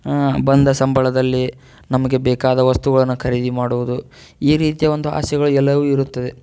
ಬಂದ ಸಂಬಳದಲ್ಲಿ ನಮಗೆ ಬೇಕಾದ ವಸ್ತುಗಳನ್ನು ಖರೀದಿ ಮಾಡುವುದು ಈ ರೀತಿಯ ಒಂದು ಆಸೆಗಳು ಎಲ್ಲವೂ ಇರುತ್ತದೆ